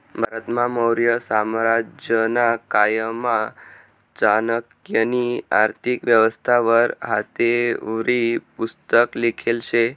भारतमा मौर्य साम्राज्यना कायमा चाणक्यनी आर्थिक व्यवस्था वर हातेवरी पुस्तक लिखेल शे